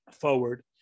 forward